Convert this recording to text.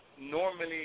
Normally